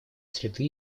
среды